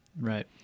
Right